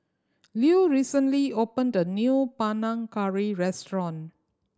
Lew recently opened a new Panang Curry restaurant